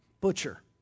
Butcher